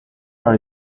are